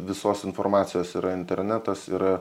visos informacijos yra internetas yra